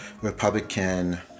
Republican